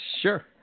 Sure